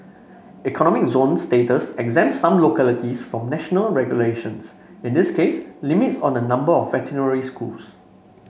economic zone status exempts some localities from national regulations in this case limits on the number of veterinary schools